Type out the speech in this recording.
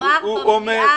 יאמר במליאה